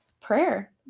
prayer